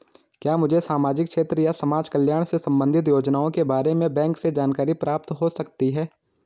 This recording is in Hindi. क्या मुझे सामाजिक क्षेत्र या समाजकल्याण से संबंधित योजनाओं के बारे में बैंक से जानकारी प्राप्त हो सकती है?